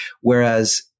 whereas